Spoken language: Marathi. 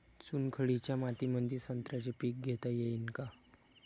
चुनखडीच्या मातीमंदी संत्र्याचे पीक घेता येईन का?